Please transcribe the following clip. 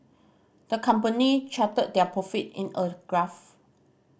the company charted their profit in a graph